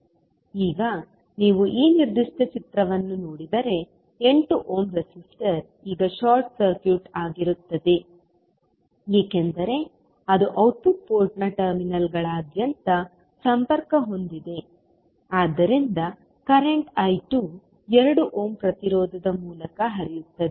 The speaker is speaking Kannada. ಈಗ ನೀವು ಈ ನಿರ್ದಿಷ್ಟ ಚಿತ್ರವನ್ನು ನೋಡಿದರೆ 8 ಓಮ್ ರೆಸಿಸ್ಟರ್ ಈಗ ಶಾರ್ಟ್ ಸರ್ಕ್ಯೂಟ್ ಆಗಿರುತ್ತದೆ ಏಕೆಂದರೆ ಅದು ಔಟ್ಪುಟ್ ಪೋರ್ಟ್ನ ಟರ್ಮಿನಲ್ಗಳಾದ್ಯಂತ ಸಂಪರ್ಕ ಹೊಂದಿದೆ ಆದ್ದರಿಂದ ಕರೆಂಟ್ I2 2 ಓಮ್ ಪ್ರತಿರೋಧದ ಮೂಲಕ ಹರಿಯುತ್ತದೆ